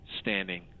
standing